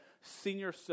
senior